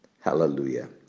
Hallelujah